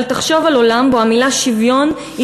אבל תחשוב על עולם שבו המילה שוויון היא